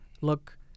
look